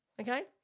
Okay